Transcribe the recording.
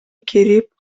кирип